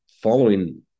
following